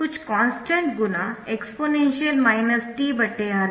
कुछ कॉन्स्टन्ट गुना exponential t RC